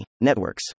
networks